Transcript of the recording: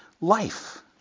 life